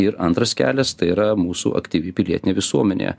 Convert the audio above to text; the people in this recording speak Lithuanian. ir antras kelias tai yra mūsų aktyvi pilietinė visuomenė